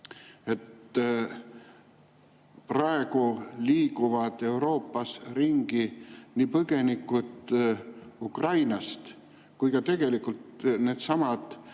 Praegu liiguvad Euroopas ringi nii põgenikud Ukrainast kui ka needsamad